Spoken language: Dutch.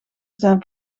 zijn